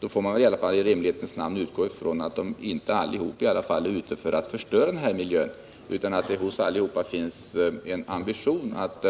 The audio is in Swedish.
Då får man väl i rimlighetens namn utgå ifrån att i varje fall inte alla fastighetsägare är ute för att förstöra den här miljön utan att det hos alla finns en ambition att